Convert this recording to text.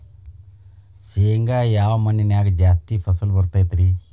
ಶೇಂಗಾ ಯಾವ ಮಣ್ಣಿನ್ಯಾಗ ಜಾಸ್ತಿ ಫಸಲು ಬರತೈತ್ರಿ?